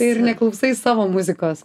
ir neklausai savo muzikos